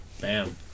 bam